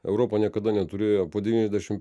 europa niekada neturėjo po devyniasdešim